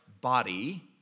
body